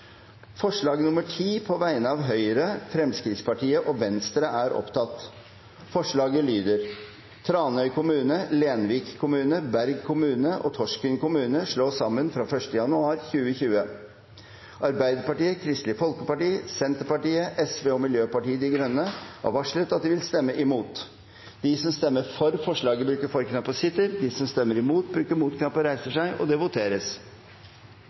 forslag nr. 10, fra Høyre, Fremskrittspartiet og Venstre. Forslaget lyder: «Tranøy kommune, Lenvik kommune, Berg kommune og Torsken kommune slås sammen fra 1. januar 2020.» Arbeiderpartiet, Kristelig Folkeparti, Senterpartiet, Sosialistisk Venstreparti og Miljøpartiet De Grønne har varslet at de vil stemme imot. Det voteres